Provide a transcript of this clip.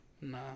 Nah